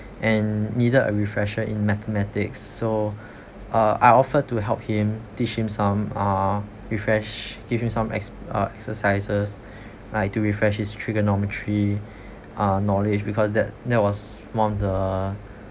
and needed a refresher in mathematics so uh I offered to help him teach him some uh refresh give him some ex~ uh exercises like to refresh his trigonometry uh knowledge because that that was one of the